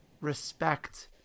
respect